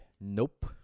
Nope